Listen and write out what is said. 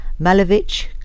Malevich